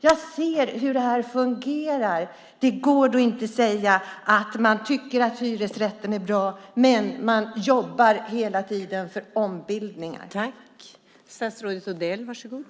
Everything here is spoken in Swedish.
Jag ser hur det här fungerar. Det går inte att säga att man tycker att hyresrätten är bra, medan man jobbar för ombildningar hela tiden.